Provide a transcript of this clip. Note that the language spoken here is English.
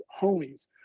homies